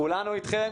כולנו אתכם.